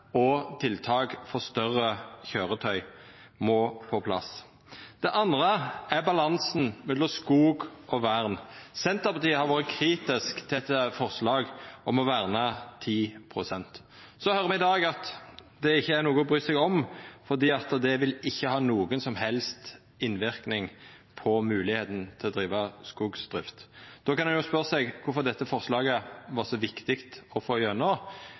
og tiltak for større køyretøy må på plass. Det andre er balansen mellom skog og vern. Senterpartiet har vore kritisk til forslag om å verna 10 pst. Så høyrer me i dag at det ikkje er noko å bry seg om fordi det vil ikkje ha nokon som helst innverknad på moglegheita til å driva skogsdrift. Då kan ein spørja seg kvifor dette forslaget var så viktig å få gjennom.